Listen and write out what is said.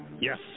Yes